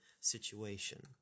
situation